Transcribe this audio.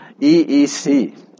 EEC